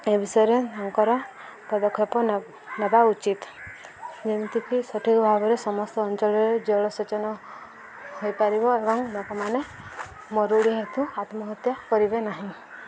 ଏ ବିଷୟରେ ତାଙ୍କର ପଦକ୍ଷେପ ନେ ନେବା ଉଚିତ ଯେମିତିକି ସଠିକ୍ ଭାବରେ ସମସ୍ତ ଅଞ୍ଚଳରେ ଜଳସେଚନ ହୋଇପାରିବ ଏବଂ ଲୋକମାନେ ମରୁଡ଼ି ହେତୁ ଆତ୍ମହତ୍ୟା କରିବେ ନାହିଁ